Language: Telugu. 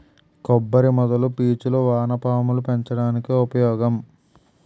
కొబ్బరి మొదల పీచులు వానపాములు పెంచడానికి ఉపయోగం